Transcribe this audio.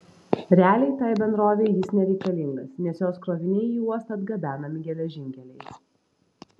realiai tai bendrovei jis nereikalingas nes jos kroviniai į uostą atgabenami geležinkeliais